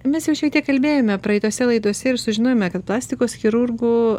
mes jau šiek tiek kalbėjome praėjusiose laidose ir sužinojome kad plastikos chirurgu